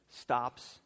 stops